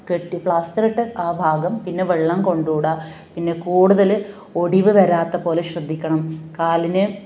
കെട്ട് പ്ലാസ്റ്ററിട്ട ആ ഭാഗം പിന്നെ വെള്ളം കൊണ്ടു കൂട പിന്നെ കൂടുതൽ ഒടിവ് വരാത്ത പോലെ ശ്രദ്ധിക്കണം കാലിനെ